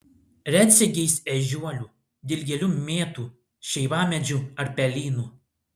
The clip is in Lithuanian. retsykiais ežiuolių dilgėlių mėtų šeivamedžių ar pelynų